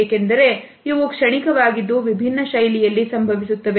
ಏಕೆಂದರೆ ಇವು ಕ್ಷಣಿಕ ವಾಗಿದ್ದು ವಿಭಿನ್ನ ಶೈಲಿಯಲ್ಲಿ ಸಂಭವಿಸುತ್ತವೆ